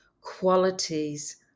qualities